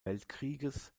weltkrieges